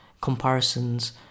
comparisons